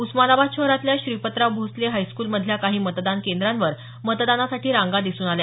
उस्मानाबाद शहरातल्या श्रीपतराव भोसले हायस्कूल मधल्या काही मतदान केंद्रावर मतदानासाठी रांगा दिसून आल्या